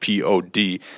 pod